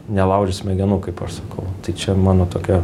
nelaužys smegenų kaip aš sakau tai čia mano tokia